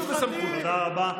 תודה רבה.